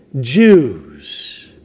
Jews